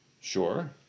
Sure